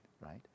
right